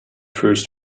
first